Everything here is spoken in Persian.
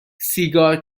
سیگار